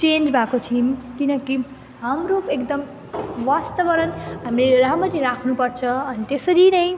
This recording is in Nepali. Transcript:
चेन्ज भएको छौँ किनकि हाम्रो एकदम वातावरण हामी राम्ररी राख्नुपर्छ अनि त्यसरी नै